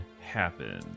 happen